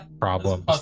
problems